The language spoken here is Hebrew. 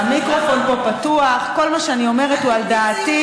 המיקרופון פה פתוח, כל מה שאני אומרת הוא על דעתי.